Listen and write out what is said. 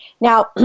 Now